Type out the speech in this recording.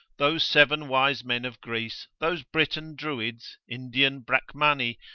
those seven wise men of greece, those britain druids, indian brachmanni,